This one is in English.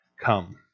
come